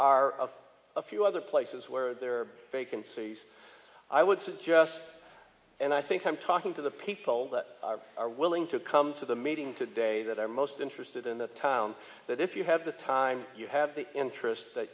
are a few other places where there are vacancies i would suggest and i think i'm talking to the people that are willing to come to the meeting today that are most interested in the town that if you had the time you had the interest that